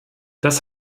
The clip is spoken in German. das